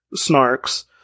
snarks